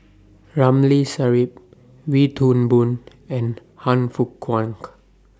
Ramli Sarip Wee Toon Boon and Han Fook Kwang